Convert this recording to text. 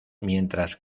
mientras